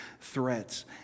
threats